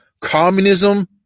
Communism